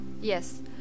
yes